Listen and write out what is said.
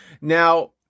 Now